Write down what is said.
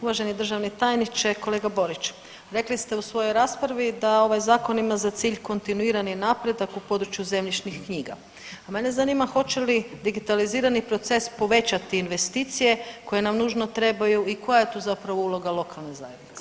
Uvaženi državni tajniče, kolega Borić rekli ste u svojoj raspravi da ovaj zakon ima za cilj kontinuirani napredak u području zemljišnih knjiga, a mene zanima hoće li digitalizirani proces povećati investicije koje nam nužno trebaju i koja je tu zapravo uloga lokalne zajednice.